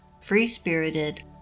free-spirited